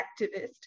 activist